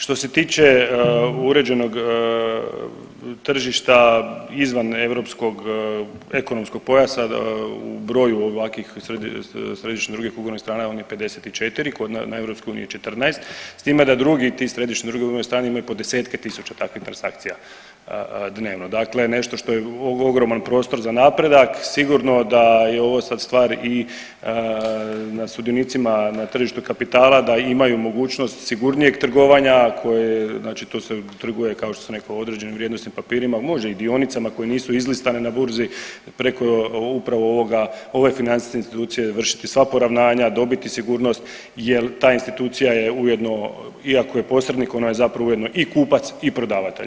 Što se tiče uređenog tržišta izvan europskog ekonomskog pojasa u broju ovakvih središnjih drugih ugovornih strana, on je 54, na EU 14 s time da drugi ti središnji drugi ... strane imaju po desetke tisuća takvih transakcija dnevno dakle nešto što je ogroman prostor za napredak, sigurno da je ovo sad stvar i na sudionicima na tržištu kapitala da imaju mogućnost sigurnijeg trgovanja koje, znači to se trguje, kao što sam rekao određenim vrijednosnim papirima, može i dionicama koje nisu izlistane na burzi preko upravo ovoga, ove financijske institucije vršiti sva poravnanja, dobiti sigurnost jer ta institucija je ujedno, iako je posrednik, ona je zapravo ujedno i kupac i prodavat.